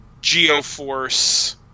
geoforce